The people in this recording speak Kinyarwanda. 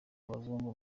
abazungu